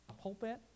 pulpit